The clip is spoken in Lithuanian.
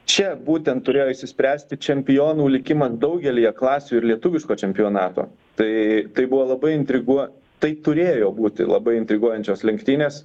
čia būtent turėjo išsispręsti čempionų likimas daugelyje klasių ir lietuviško čempionato tai tai buvo labai intriguo tai turėjo būti labai intriguojančios lenktynės